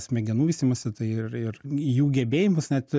smegenų vystymąsi tai ir ir jų gebėjimas net